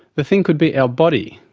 the thing could be our body.